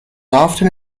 often